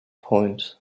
point